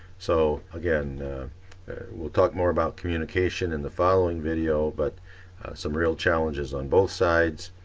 so again we'll talk more about communication in the following video but some real challenges on both sides.